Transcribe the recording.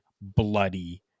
bloody